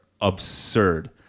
absurd